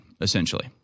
essentially